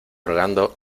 rogando